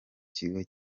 kigo